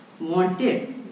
wanted